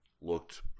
looked